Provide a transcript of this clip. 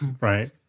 right